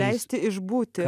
leisti išbūti